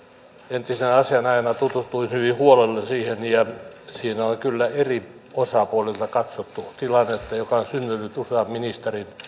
entisenä asianajajana tutustuin hyvin huolella siihen ja siinä oli kyllä eri puolilta katsottu tilannetta joka on syntynyt usean ministerin